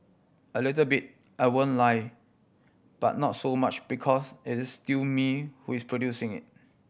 a little bit I won't lie but not so much because it is still me who is producing it